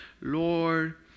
Lord